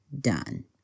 done